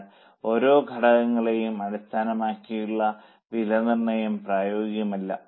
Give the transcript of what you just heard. എന്നാൽ ഓരോ ഘടകങ്ങളെയും അടിസ്ഥാനമാക്കിയുള്ള വിലനിർണയം പ്രായോഗികമല്ല